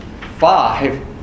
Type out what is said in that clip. five